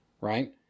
right